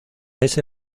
ese